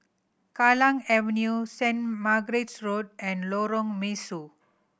Kallang Avenue Saint Margaret's Road and Lorong Mesu